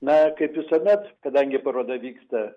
na kaip visuomet kadangi paroda vyksta